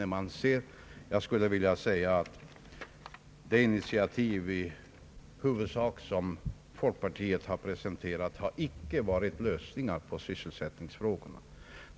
De initiativ som folkpartiet huvudsakligen har presenterat har icke utgjort lösningar när det gäller sysselsättningsfrågorna.